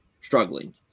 struggling